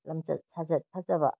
ꯂꯝꯆꯠ ꯁꯥꯖꯠ ꯐꯖꯕ